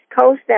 Coast